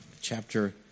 chapter